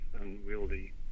unwieldy